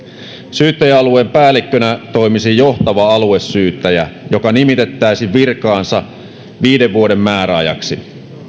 syyttäjäalueen päällikkönä toimisi johtava aluesyyttäjä joka nimitettäisiin virkaansa viiden vuoden määräajaksi